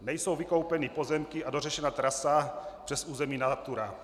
Nejsou vykoupeny pozemky a dořešena trasa přes území Natura.